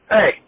Hey